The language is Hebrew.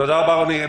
תודה רבה, רוני.